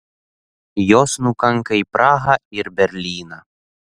jos nukanka į prahą ir berlyną